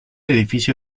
edificio